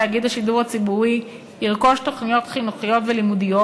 תאגיד השידור הציבורי ירכוש תוכניות חינוכיות ולימודיות